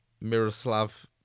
Miroslav